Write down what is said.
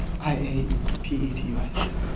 I-A-P-E-T-U-S